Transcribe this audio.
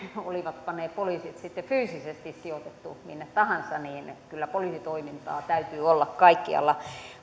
olipa ne poliisit sitten fyysisesti sijoitettu minne tahansa niin kyllä poliisitoimintaa täytyy olla kaikkialla